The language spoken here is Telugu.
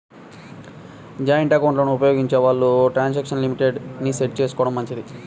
జాయింటు ఎకౌంట్లను ఉపయోగించే వాళ్ళు ట్రాన్సాక్షన్ లిమిట్ ని సెట్ చేసుకోడం మంచిది